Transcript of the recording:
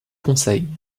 conseils